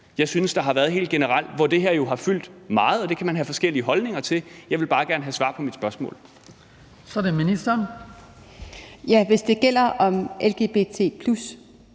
jeg synes der har været helt generelt, hvor det her har fyldt meget. Det kan man have forskellige holdninger til, men jeg vil bare gerne have svar på mit spørgsmål. Kl. 12:52 Den fg. formand